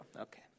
Okay